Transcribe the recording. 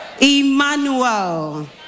Emmanuel